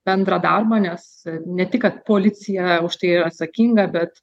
bendrą darbą nes ne tik kad policija už tai yra atsakinga bet